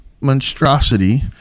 monstrosity